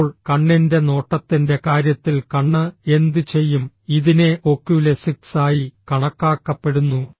അപ്പോൾ കണ്ണിന്റെ നോട്ടത്തിന്റെ കാര്യത്തിൽ കണ്ണ് എന്ത് ചെയ്യും ഇതിനെ ഒക്യുലെസിക്സ് ആയി കണക്കാക്കപ്പെടുന്നു